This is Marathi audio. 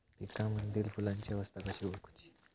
पिकांमदिल फुलांची अवस्था कशी ओळखुची?